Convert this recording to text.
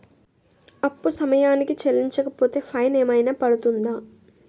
అప్పు సమయానికి చెల్లించకపోతే ఫైన్ ఏమైనా పడ్తుంద?